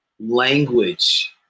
language